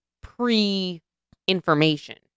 pre-information